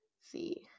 see